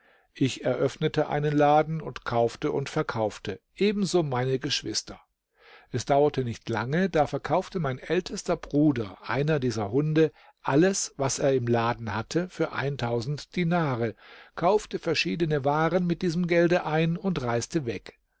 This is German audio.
ich eröffnete einen laden und kaufte und verkaufte ebenso meine geschwister es dauerte nicht lange da verkaufte mein ältester bruder einer dieser hunde alles was er im laden hatte für dinare kaufte verschiedene waren mit diesem gelde ein und reiste weg